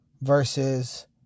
versus